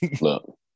Look